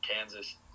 Kansas